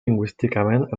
lingüísticament